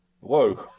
Whoa